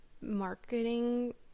marketing